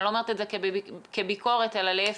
אני לא אומרת את זה בביקורת אלא להיפך,